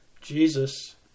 Jesus